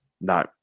No